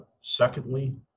secondly